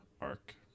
arc